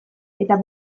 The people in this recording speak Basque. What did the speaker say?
eta